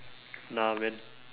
nah man